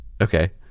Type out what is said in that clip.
Okay